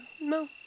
No